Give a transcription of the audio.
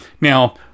Now